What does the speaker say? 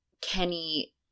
Kenny